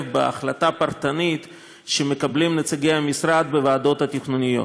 בהחלטה פרטנית שנציגי המשרד מקבלים בוועדות התכנוניות.